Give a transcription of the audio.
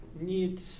need